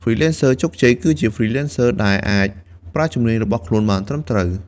Freelancers ជោគជ័យ គឺជា Freelancers ដែលអាចប្រើជំនាញរបស់ខ្លួនបានត្រឹមត្រូវ។